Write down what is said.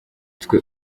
twe